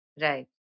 Right